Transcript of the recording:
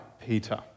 Peter